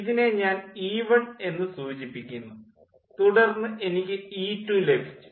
ഇതിനെ ഞാൻ ഇ 1 എന്നു സൂചിപ്പിക്കുന്നു തുടർന്ന് എനിക്ക് ഇ 2 ലഭിച്ചു